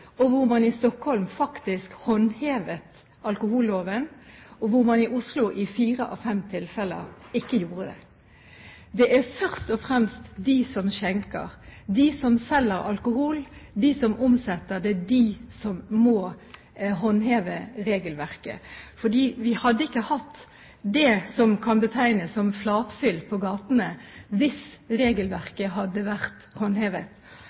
man ikke det i fire av fem tilfeller. Det er først og fremst de som skjenker, de som selger, og de som omsetter alkohol, som må håndheve regelverket. Vi hadde ikke hatt det som kan betegnes som flatfyll på gatene hvis regelverket hadde vært håndhevet.